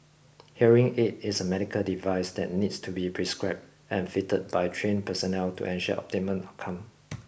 hearing aid is a medical device that needs to be prescribed and fitted by trained personnel to ensure optimum outcome